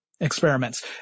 experiments